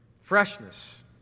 Freshness